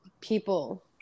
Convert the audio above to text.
people